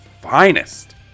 finest